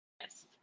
Yes